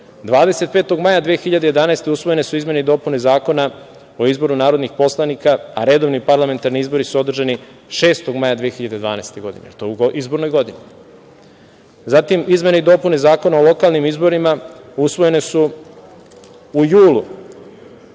25. maja 2011. godine usvojene su izmene i dopune Zakona o izboru narodnih poslanika, a redovni parlamentarni izbori su održani 6. maja 2012. godine. Da li je to u izbornoj godini? Zatim, izmene i dopune Zakona o lokalnim izborima usvojene su u julu